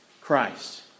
Christ